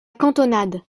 cantonade